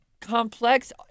Complex